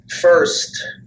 first